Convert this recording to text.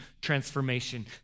transformation